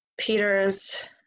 Peter's